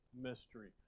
mystery